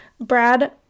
Brad